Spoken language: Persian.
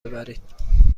ببرید